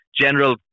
general